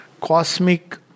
cosmic